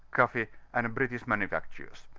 eoflee, and british manufactures.